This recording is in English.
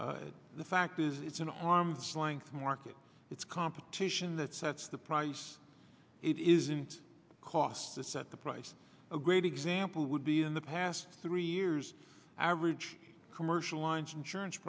states the fact is it's an arm's length market it's competition that sets the price it isn't cost to set the price a great example would be in the past three years average commercial lines insurance